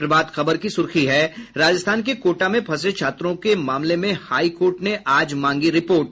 प्रभात खबर की सुर्खी है राजस्थान के कोटा में फंसे छात्रों के मामले में हाई कोर्ट ने आज मांगी रिपोर्ट